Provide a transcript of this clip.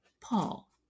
Paul